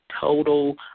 total